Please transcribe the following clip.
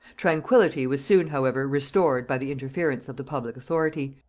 tranquillity was soon however restored by the interference of the public authority,